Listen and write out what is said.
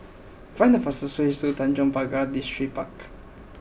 find the fastest way to Tanjong Pagar Distripark